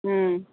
ꯎꯝ